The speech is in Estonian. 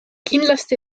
kindlasti